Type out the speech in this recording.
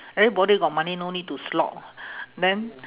everybody got money no need to slog then